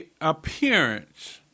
appearance